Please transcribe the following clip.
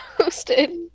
posted